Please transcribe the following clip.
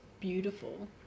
beautiful